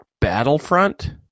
Battlefront